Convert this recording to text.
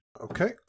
Okay